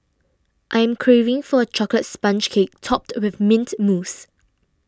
I'm craving for a Chocolate Sponge Cake Topped with Mint Mousse